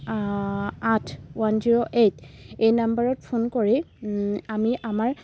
আঠ one zero eight এই নম্বৰত ফোন কৰি আমি আমাৰ